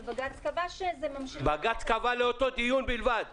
אבל בג"ץ קבע שזה ממשיך --- בג"ץ קבע לאותו דיון בלבד.